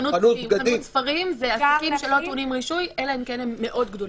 חנות ספרים זה עסקים שלא טעונים רישוי אלא אם כן הם מאוד גדולים.